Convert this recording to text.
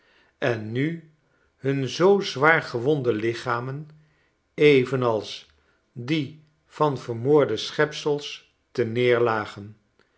en nu hun zoo zwaar gewonde lichamen evenals die van vermoorde